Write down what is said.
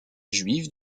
juive